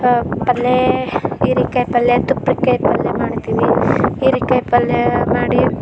ಪಲ್ಲೇ ಹೀರೆಕಾಯ್ ಪಲ್ಯ ತುಪ್ರಿಕಾಯಿ ಪಲ್ಯ ಮಾಡ್ತೀವಿ ಹೀರೇಕಾಯ್ ಪಲ್ಯಾ ಮಾಡಿ